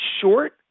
short